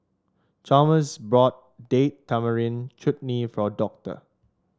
Chalmers bought Date Tamarind Chutney for Doctor